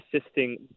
assisting